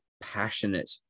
passionate